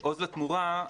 'עוז לתמורה',